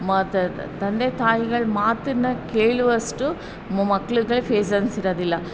ಮ ತಂದೆ ತಾಯಿಗಳು ಮಾತನ್ನು ಕೇಳುವಷ್ಟು ಮಕ್ಳಿಗೆ ಪೇಸನ್ಸ್ ಇರೋದಿಲ್ಲ